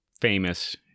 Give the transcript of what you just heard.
famous